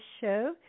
show